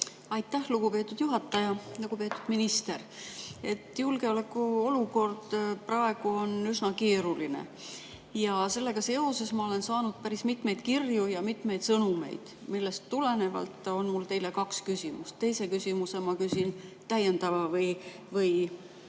Aitäh, lugupeetud juhataja! Lugupeetud minister! Julgeolekuolukord on praegu üsna keeruline ja sellega seoses olen ma saanud päris mitmeid kirju ja mitmeid sõnumeid, millest tulenevalt on mul teile kaks küsimust. Teise küsimuse ma küsin täiendava või